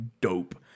dope